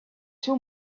two